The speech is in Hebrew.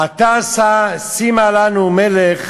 עתה שימה לנו מלך